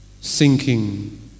sinking